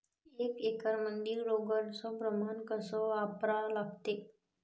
एक एकरमंदी रोगर च प्रमान कस वापरा लागते?